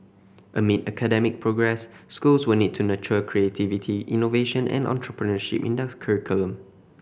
amid academic progress schools will need to nurture creativity innovation and entrepreneurship in their curriculum